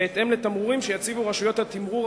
בהתאם לתמרורים שיציבו רשויות התימרור